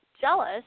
jealous